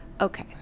Okay